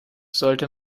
sollte